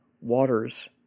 waters